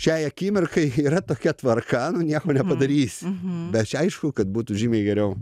šiai akimirkai yra tokia tvarka nu nieko nepadarysi bet čia aišku kad būtų žymiai geriau